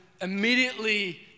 immediately